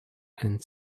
and